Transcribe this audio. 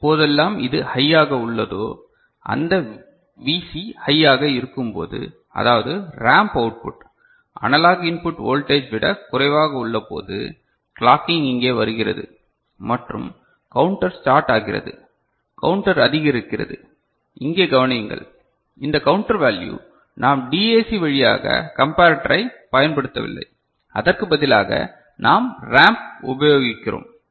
எப்போதெல்லாம் இது ஹை ஆக உள்ளதோ இந்த Vc ஹையாக இருக்கும்போது அதாவது ramp output analog input voltage விட குறைவாக உள்ள போது கிளாக்கிங் இங்கே வருகிறது மற்றும் கவுண்டர் ஸ்டார்ட் ஆகிறது கவுண்டர் அதிகரிக்கிறது இங்கே கவனியுங்கள் இந்த கவுண்டர் வேல்யூ நாம் டிஏசி வழியாக கம்பரடரை பயன்படுத்தவில்லை அதற்கு பதிலாக நாம் ரேம்ப் உபயோகிக்கிறோம்